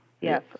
yes